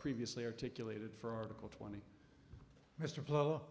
previously articulated for article twenty mr plo